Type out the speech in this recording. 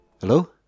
Hello